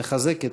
מחזקת